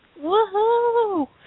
woohoo